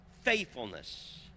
faithfulness